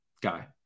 guy